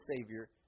Savior